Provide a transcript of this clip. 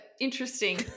interesting